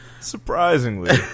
surprisingly